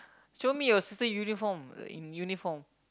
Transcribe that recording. show me your sister uniform in uniform